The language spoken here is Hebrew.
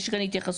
יש כאן התייחסות,